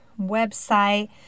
website